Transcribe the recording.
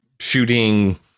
shooting